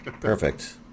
Perfect